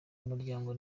umuryango